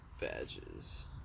Badges